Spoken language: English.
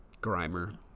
Grimer